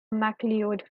macleod